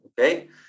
okay